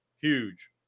Huge